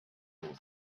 事务所